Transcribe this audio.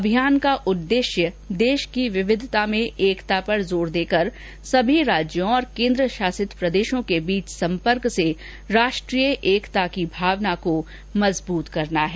अभियान का उद्देश्य देश की विविधता में एकता पर जोर देकर सभी राज्यों और केन्द्र शासित प्रदेशों के बीच सम्पर्क से राष्ट्रीय एकता की भावना मजबूत करना है